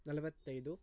ನಲವತ್ತೈದು